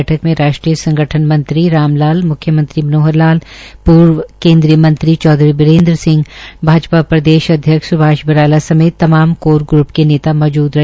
बठक में राष्ट्रीय संगठनमंत्री रामलाल म्ख्यमंत्री मनोहर लाल पूर्व केन्द्रीय मंत्री चौधरी बिरेन्द्र सिंह भाजपा प्रदेश अध्यक्ष स्भाष बराला समेत तमाम कोर ग्रुप के नेता मौजूद रहे